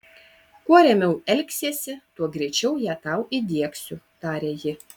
kuo ramiau elgsiesi tuo greičiau ją tau įdiegsiu taria ji